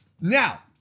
Now